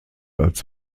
als